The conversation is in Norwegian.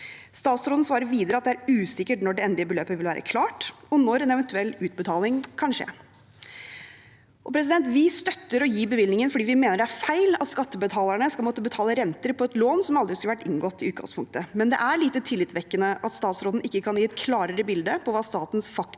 Statsråden svarer videre at det er usikkert når det endelige beløpet vil være klart, og når en eventuell utbetaling kan skje. Vi støtter å gi bevilgningen fordi vi mener det er feil at skattebetalerne skal måtte betale renter på et lån som aldri skulle vært inngått i utgangspunktet, men det er lite tillitvekkende at statsråden ikke kan gi et klarere bilde av hva statens faktiske